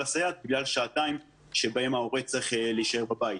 הסייעת בגלל שעתיים שבהן ההורה צריך להישאר בבית.